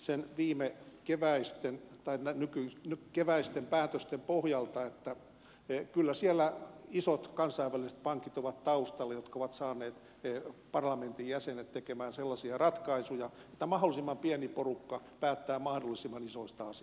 sen viime keväisten päätä parlamentinkin osalta keväisten päätösten pohjalta että kyllä siellä isot kansainväliset pankit ovat taustalla jotka ovat saaneet parlamentin jäsenet tekemään sellaisia ratkaisuja että mahdollisimman pieni porukka päättää mahdollisimman isoista asioista